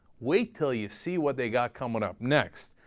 wait till you see what they got coming up next,